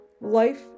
Life